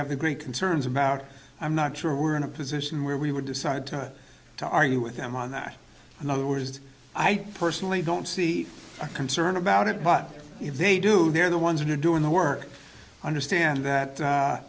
have the great concerns about i'm not sure we're in a position where we would decide time to argue with them on that in other words i personally don't see a concern about it but if they do they're the ones that are doing the work understand that